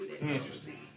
Interesting